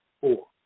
Four